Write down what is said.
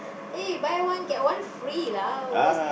eh buy one get one free lah what